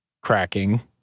cracking